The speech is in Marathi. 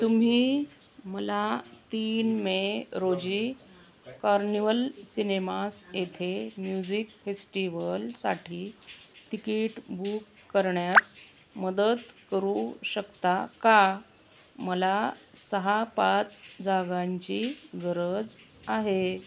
तुम्ही मला तीन मे रोजी कॉर्निवल सिनेमास येथे म्युझिक फेस्टिवलसाठी तिकीट बुक करण्यात मदत करू शकता का मला सहा पाच जागांची गरज आहे